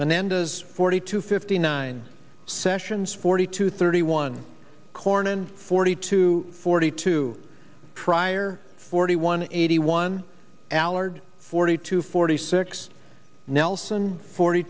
nando's forty two fifty nine sessions forty two thirty one cornyn forty two forty two pryor forty one eighty one allard forty two forty six nelson forty